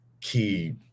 key